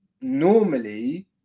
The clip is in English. normally